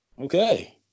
Okay